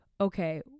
okay